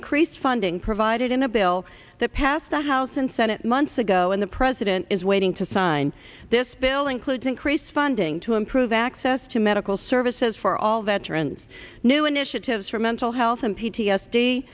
increased funding provided in a bill that passed the house and senate months ago and the president is waiting to sign this bill includes increase funding to improve access to medical services for all veterans new initiatives for mental health and p t